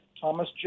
Thomas